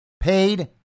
Paid